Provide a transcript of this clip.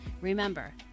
Remember